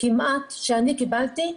כמעט שאני קיבלתי,